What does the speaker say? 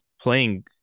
playing